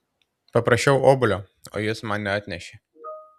paprašiau obuolio o jis man neatnešė